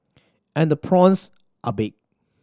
and the prawns are big